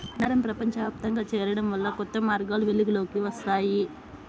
వ్యాపారం ప్రపంచవ్యాప్తంగా చేరడం వల్ల కొత్త మార్గాలు వెలుగులోకి వస్తాయి